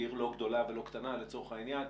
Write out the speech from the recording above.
היא עיר לא גדולה ולא קטנה, לצורך העניין,